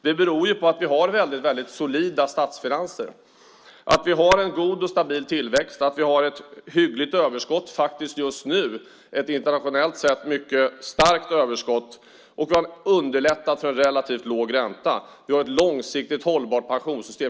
Det beror ju på att vi har väldigt solida statsfinanser, att vi har en god och stabil tillväxt, att vi faktiskt har ett hyggligt överskott just nu, ett internationellt sett mycket starkt överskott. Det underlättar för en relativt låg ränta. Vi har ett långsiktigt hållbart pensionssystem.